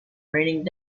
raining